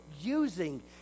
using